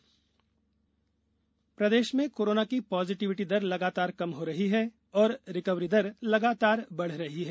प्रदेश corona प्रदेश में corona की पॉजिटिविटी दर लगातार कम हो रही है और रिकवरी दर लगातार बढ़ रही है